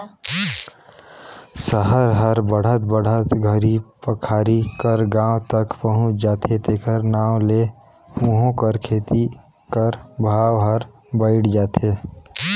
सहर हर बढ़त बढ़त घरी पखारी कर गाँव तक पहुंच जाथे तेकर नांव ले उहों कर खेत कर भाव हर बइढ़ जाथे